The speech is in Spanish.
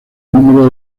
número